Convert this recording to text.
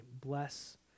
Bless